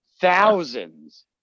thousands